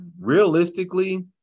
realistically